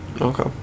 Okay